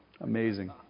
Amazing